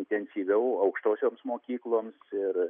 intensyviau aukštosioms mokykloms ir